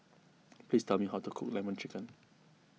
please tell me how to cook Lemon Chicken